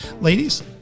Ladies